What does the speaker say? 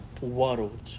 world